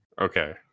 Okay